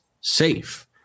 safe